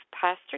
Pastor